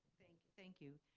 thank thank you.